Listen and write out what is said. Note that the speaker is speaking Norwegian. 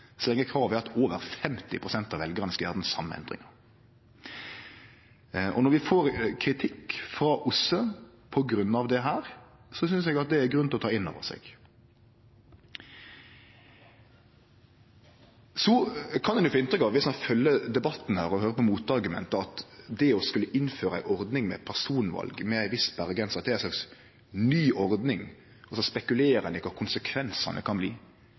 så lenge kravet er at over 50 pst. av veljarane skal gjere den same endringa. Og når vi får kritikk frå OSSE på grunn av dette, synest eg at det er grunn til å ta inn over seg. Så kan ein få inntrykk av, dersom ein følgjer debatten her og høyrer på motargument, at det å skulle innføre ei ordning med personval med ei viss sperregrense er ei slags ny ordning, og så spekulerer ein i kva konsekvensane kan bli.